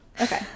Okay